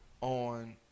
on